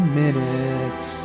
minutes